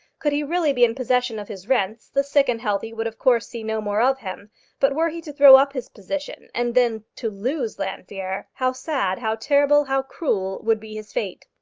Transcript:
could he really be in possession of his rents, the sick and healthy would of course see no more of him but were he to throw up his position and then to lose llanfeare, how sad, how terrible, how cruel would be his fate!